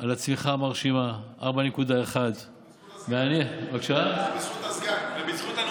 על הצמיחה המרשימה, 4.1. זה בזכות הסגן.